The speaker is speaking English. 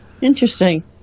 Interesting